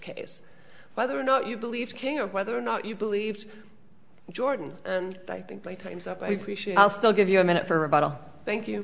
case whether or not you believe king of whether or not you believed jordan and i think my time's up i appreciate i'll still give you a minute for about a thank you